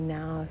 now